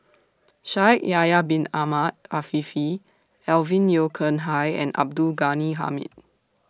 Shaikh Yahya Bin Ahmed Afifi Alvin Yeo Khirn Hai and Abdul Ghani Hamid